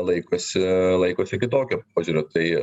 laikosi laikosi kitokio požiūrio tai